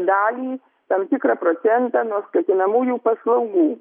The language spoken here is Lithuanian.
dalį tam tikrą procentą nuo skatinamųjų paslaugų